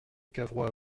cavrois